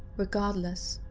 regardless,